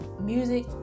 music